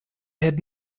had